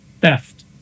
Theft